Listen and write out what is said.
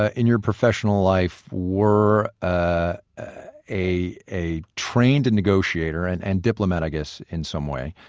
ah in your professional life, were ah a a trained and negotiator and and diplomat, i guess, in some way,